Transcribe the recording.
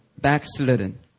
backslidden